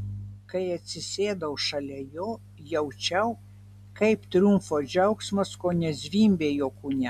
kai atsisėdau šalia jo jaučiau kaip triumfo džiaugsmas kone zvimbia jo kūne